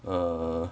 err